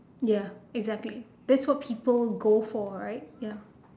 ya exactly that's what people go for right ya